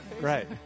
Right